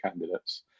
candidates